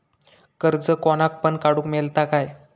कर्ज कोणाक पण काडूक मेलता काय?